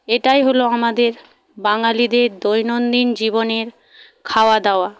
এটাই হল আমাদের বাঙালিদের দৈনন্দিন জীবনের খাওয়া দাওয়া